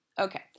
Okay